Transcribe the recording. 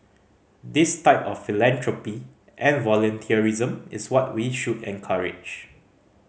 this type of philanthropy and volunteerism is what we should encourage